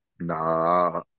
Nah